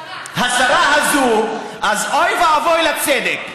השרה הזאת, אז אוי ואבוי לצדק.